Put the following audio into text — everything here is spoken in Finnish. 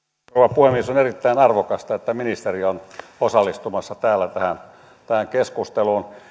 puhemies on erittäin arvokasta että ministeri on täällä osallistumassa tähän keskusteluun